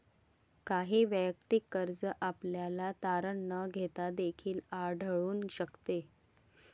काही वैयक्तिक कर्ज आपल्याला तारण न घेता देखील आढळून शकते